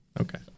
Okay